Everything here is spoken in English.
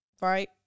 right